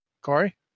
Corey